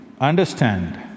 understand